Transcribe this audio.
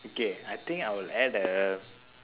okay I think I'll add a